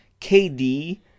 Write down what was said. KD